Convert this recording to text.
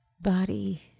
body